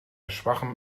schwachem